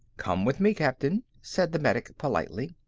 come with me, captain, said the medic politely.